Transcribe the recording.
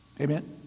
Amen